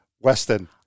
Weston